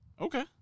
Okay